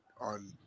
on